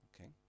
okay